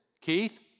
Keith